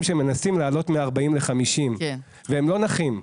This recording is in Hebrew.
שמנסים לעלות מ-40 ל-50 והם לא נכים,